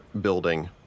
building